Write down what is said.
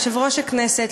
יושב-ראש הכנסת,